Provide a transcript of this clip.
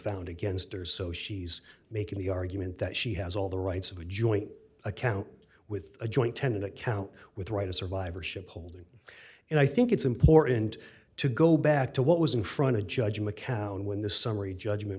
found against her so she's making the argument that she has all the rights of a joint account with a joint tenant account with right of survivorship holding and i think it's important to go back to what was in front of judge mccown when the summary judgment